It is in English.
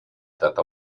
tata